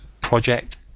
Project